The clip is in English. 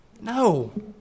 No